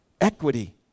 equity